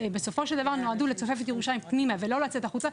בסופו של דבר נועדו לצופף את ירושלים פנימה ולא לצאת החוצה,